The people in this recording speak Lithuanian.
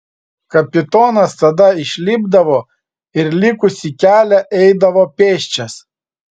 kapitonas tada išlipdavo ir likusį kelią eidavo pėsčias